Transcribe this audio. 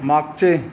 मागचे